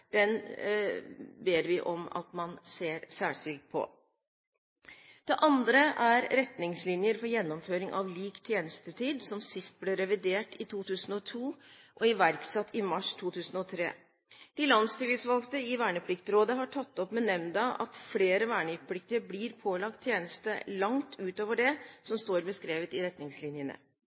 Den balansen som ligger der, ber vi om at man ser særskilt på. Det andre er retningslinjer for gjennomføring av lik tjenestetid, som sist ble revidert i 2002 og iverksatt i mars 2003. De landstillitsvalgte i Vernepliktrådet har tatt opp med nemnda at flere vernepliktige blir pålagt tjeneste langt utover det som står beskrevet i retningslinjene.